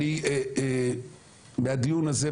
אני מהדיון הזה,